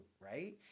right